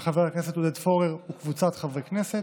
של חבר הכנסת עודד פורר וקבוצת חברי הכנסת,